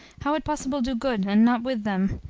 how it possible do good, and not with them?